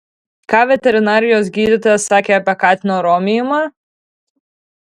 ką veterinarijos gydytojas sakė apie katino romijimą